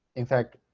in fact,